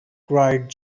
cried